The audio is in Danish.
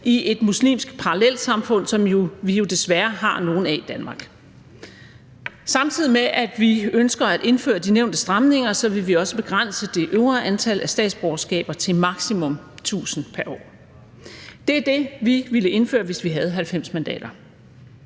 i et muslimsk parallelsamfund, som vi jo desværre har nogle af i Danmark. Samtidig med at vi ønsker at indføre de nævnte stramninger, vil vi også begrænse det øvre antal af statsborgerskaber til maksimum 1.000 pr. år. Det er det, vi ville indføre, hvis vi havde 90 mandater.